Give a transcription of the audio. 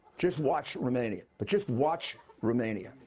just watch romania. but just watch romania.